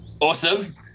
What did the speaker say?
Awesome